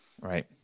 Right